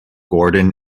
gordon